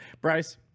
Bryce